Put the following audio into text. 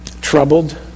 Troubled